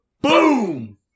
boom